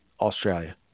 Australia